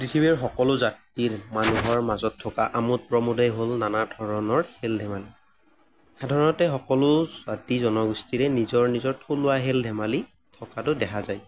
পৃথিৱীৰ সকলো জাতিৰ মানুহৰ মাজত থকা আমোদ প্ৰমোদেই হ'ল নানা ধৰণৰ খেল ধেমালি সাধাৰণতে সকলো জাতি জনগোষ্ঠীৰে নিজৰ নিজৰ থলুৱা খেল ধেমালি থকাটো দেখা যায়